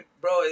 bro